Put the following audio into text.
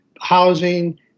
housing